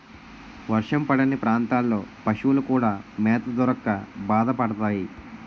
వర్షం పడని ప్రాంతాల్లో పశువులు కూడా మేత దొరక్క బాధపడతాయి